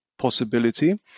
possibility